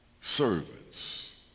servants